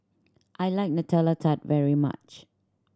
I like Nutella Tart very much